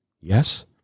yes